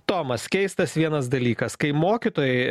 tomas keistas vienas dalykas kai mokytojai